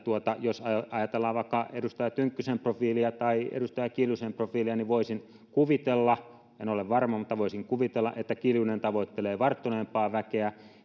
jos ajatellaan vaikka edustaja tynkkysen profiilia tai edustaja kiljusen profiilia niin voisin kuvitella en ole varma mutta voisin kuvitella että kiljunen tavoittelee varttuneempaa väkeä